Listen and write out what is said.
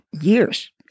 years